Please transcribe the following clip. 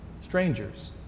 strangers